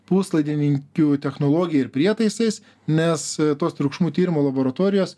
puslaidininkių technologija ir prietaisais nes tos triukšmų tyrimų laboratorijos